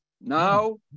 now